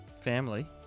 family